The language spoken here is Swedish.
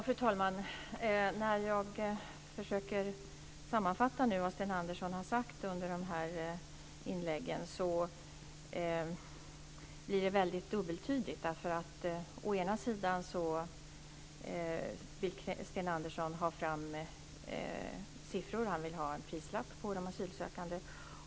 Fru talman! När jag försöker sammanfatta vad Sten Andersson har sagt i de här inläggen blir det väldigt dubbeltydigt. Å ena sidan vill Sten Andersson ha fram siffror. Han vill ha en prislapp på de asylsökande.